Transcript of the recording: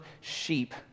sheep